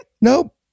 Nope